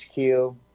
HQ